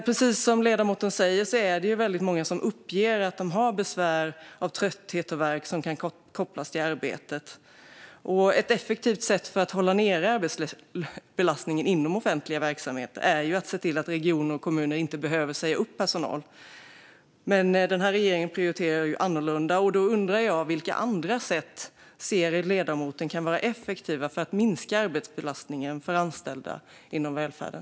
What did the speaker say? Precis som ledamoten säger är det väldigt många som uppger att de har besvär av trötthet och värk som kan kopplas till arbetet. Ett effektivt sätt att hålla nere arbetsbelastningen inom offentlig verksamhet är att se till att regioner och kommuner inte behöver säga upp personal. Men den här regeringen prioriterar annorlunda. Jag undrar: Vilka andra sätt ser ledamoten kan vara effektiva för att minska arbetsbelastningen för anställda inom välfärden?